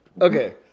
Okay